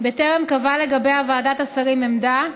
בטרם קבעה לגביה ועדת השרים עמדה,